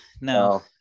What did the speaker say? no